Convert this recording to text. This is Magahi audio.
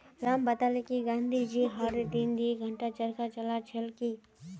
राम बताले कि गांधी जी हर दिन दी घंटा चरखा चला छिल की